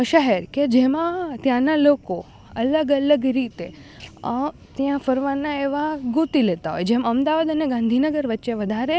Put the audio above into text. શહેર કે જેમાં ત્યાંનાં લોકો અલગ અલગ રીતે ત્યાં ફરવાના એવાં ગોતી લેતા હોય જેમ અમદાવાદ અને ગાંધીનગર વચ્ચે વધારે